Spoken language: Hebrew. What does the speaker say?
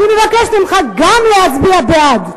אני מבקשת גם ממך להצביע בעד.